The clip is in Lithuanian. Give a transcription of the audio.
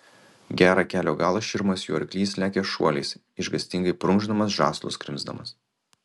gerą kelio galą širmas jų arklys lekia šuoliais išgąstingai prunkšdamas žąslus krimsdamas